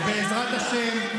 ובעזרת השם,